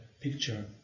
picture